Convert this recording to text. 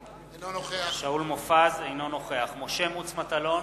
אינו נוכח משה מטלון,